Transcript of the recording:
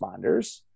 responders